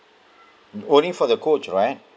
only for the coach right